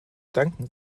danken